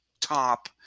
top